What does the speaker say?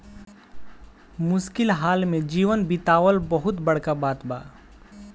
मुश्किल हाल में जीवन बीतावल बहुत बड़का बात बा